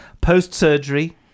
post-surgery